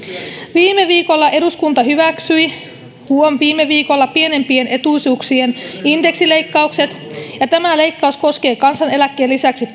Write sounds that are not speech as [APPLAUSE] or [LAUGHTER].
viime viikolla eduskunta hyväksyi huom viime viikolla pienempien etuisuuksien indeksileikkaukset ja tämä leikkaus koskee kansaneläkkeen lisäksi [UNINTELLIGIBLE]